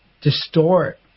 distort